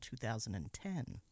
2010